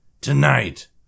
Tonight